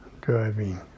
Driving